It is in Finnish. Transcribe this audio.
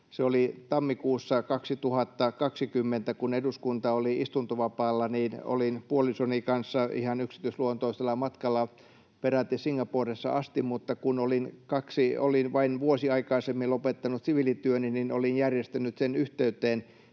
tammikuussa 2020, kun eduskunta oli istuntovapaalla, olin puolisoni kanssa ihan yksityisluontoisella matkalla peräti Singaporessa asti, mutta kun olin vain vuosi aikaisemmin lopettanut siviilityöni, niin olin järjestänyt sen yhteyteen